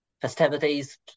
festivities